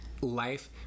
Life